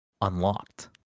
Unlocked